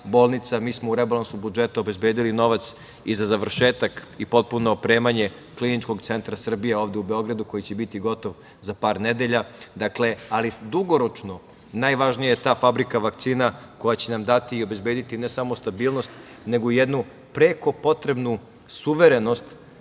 bolnica. Mi smo u rebalansu budžeta obezbedili novac i za završetak i potpuno opremanje Kliničkog centra Srbije ovde u Beogradu koji će biti gotovo za par nedelja. Dakle, dugoročno, najvažnija je ta fabrika vakcina koja će nam dati i obezbediti, ne samo stabilnost, nego i jednu preko potrebnu suverenost